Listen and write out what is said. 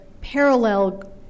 parallel